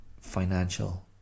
financial